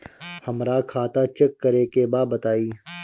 हमरा खाता चेक करे के बा बताई?